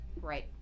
right